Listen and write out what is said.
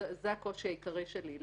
זה הקושי העיקרי שלי.